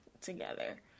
together